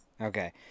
Okay